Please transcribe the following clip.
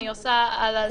נעשה גם פה,